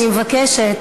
אני מבקשת,